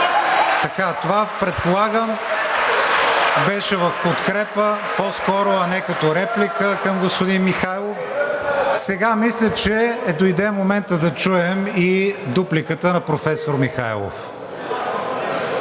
Това, предполагам, беше в подкрепа по-скоро, а не като реплика към господин Михайлов. Сега мисля, че дойде моментът да чуем и дупликата на професор Михайлов.